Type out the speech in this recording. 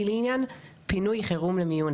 היא לעניין פינוי חירום למיון.